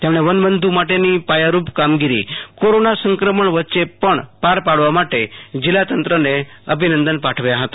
તેમણે વનબંધુ માટેની પાયારૂપ કામગીરી કોરોના સંક્રમણ વચ્ચે પણ પાર પાડવા માટે જિલ્લાતંત્રને અભિનંદન પાઠવ્યાં હતાં